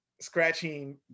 scratching